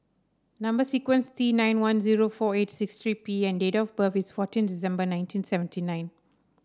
number sequence T nine one zero four eight six three P and date of birth is fourteen December nineteen seventy nine